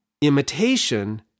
imitation